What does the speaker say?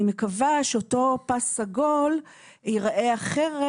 אני מקווה שאותו פס סגול ייראה אחרת.